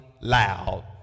loud